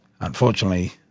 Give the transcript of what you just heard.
unfortunately